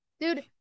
Dude